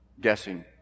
guessing